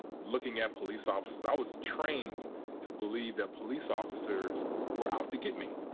looking at police officers. i was trained to believe that police officers were out to get me.